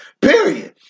Period